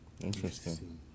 interesting